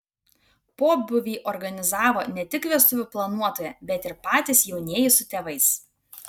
pobūvį organizavo ne tik vestuvių planuotoja bet ir patys jaunieji su tėvais